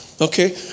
Okay